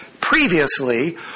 previously